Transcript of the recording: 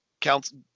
Council